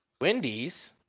Wendy's